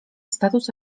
status